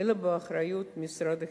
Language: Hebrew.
אלא באחריות משרד החינוך,